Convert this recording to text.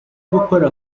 gukora